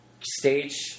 stage